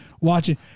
watching